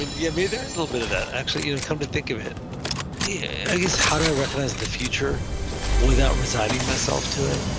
and yeah me, there is a little bit of that, actually. you know, come to think of it, yeah it is how to recognize the future without resigning myself to it,